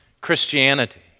Christianity